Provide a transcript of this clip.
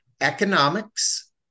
economics